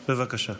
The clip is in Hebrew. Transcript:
בבקשה.